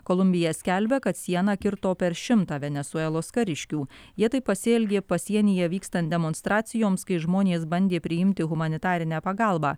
kolumbija skelbia kad sieną kirto per šimtą venesuelos kariškių jie taip pasielgė pasienyje vykstant demonstracijoms kai žmonės bandė priimti humanitarinę pagalbą